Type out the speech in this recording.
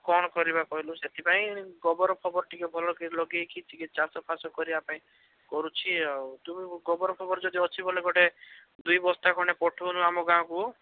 କ'ଣ କରିବା କହିଲୁ ସେଥିପାଇଁ ଗୋବର ଫୋବର ଟିକିଏ ଭଲକରି ଲଗାଇକି ଟିକିଏ ଚାଷ ଫାଶ କରିବା ପାଇଁ କରୁଛି ଆଉ ତୁ ଗୋବର ଫୋବର ଯଦି ଅଛି ବୋଲେ ଗୋଟେ ଦୁଇ ବସ୍ତା ଖଣ୍ଡେ ପଠାଉନୁ ଆମ ଗାଁକୁ